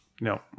No